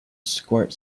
squirt